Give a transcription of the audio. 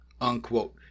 unquote